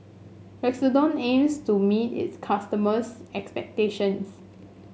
Redoxon aims to meet its customers' expectations